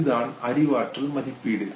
இதுதான் அறிவாற்றல் மதிப்பீடு